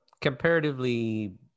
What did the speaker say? comparatively